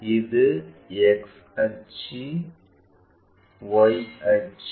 இது X அச்சு Y அச்சு